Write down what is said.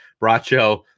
Bracho